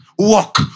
Walk